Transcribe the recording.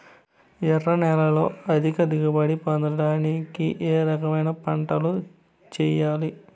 ఎర్ర నేలలో అధిక దిగుబడి పొందడానికి ఏ రకమైన పంటలు చేయాలి?